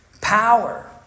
power